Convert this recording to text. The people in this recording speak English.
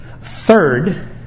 Third